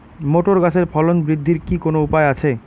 Motor গাছের ফলন বৃদ্ধির কি কোনো উপায় আছে?